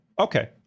okay